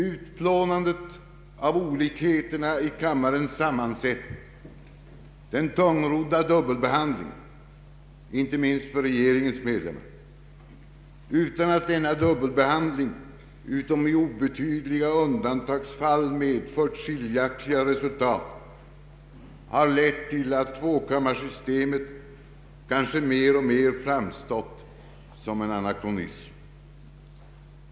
Utplånandet av olikheterna i kamrarnas sammansättning, det tungrodda i dubbelbehandlingen, inte minst för regeringens medlemmar, utan att denna dubbelbehandling utom i obetydliga undantagsfall medfört skiljaktiga resultat, har lett till att tvåkammarsystemet mer och mer framstått som en anakronism.